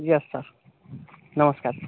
yes sir नमस्कार